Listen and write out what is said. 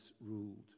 ruled